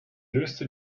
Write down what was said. löste